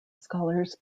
scholars